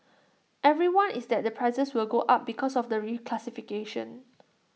everyone is that the prices will go up because of the reclassification